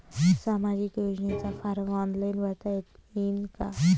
सामाजिक योजनेचा form online भरता येईन का?